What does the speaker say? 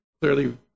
clearly